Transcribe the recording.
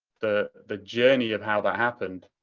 the the journey of how that happened.